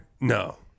No